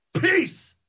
Peace